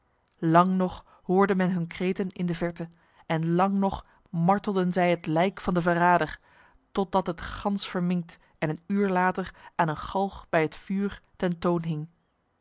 lang nog hoorde men hun kreten in de verte en lang nog martelden zij het lijk van de verrader totdat het gans verminkt en een uur later aan een galg bij het vuur ten toon hing